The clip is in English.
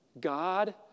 God